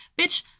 Bitch